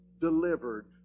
delivered